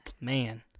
man